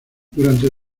durante